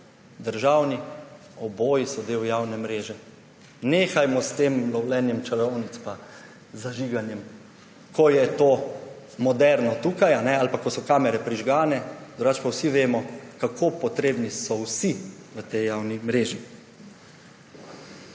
državni, so del javne mreže. Nehajmo s tem lovljenjem čarovnic, pa zažiganjem, ko je to moderno tukaj ali pa ko so kamere prižgane, drugače pa vsi vemo, kako potrebni so vsi v tej javni mreži.